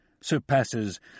surpasses